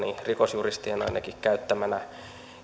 rikosjuristien ainakin käyttämänä